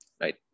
right